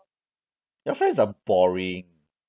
your friends are boring